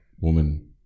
woman